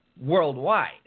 worldwide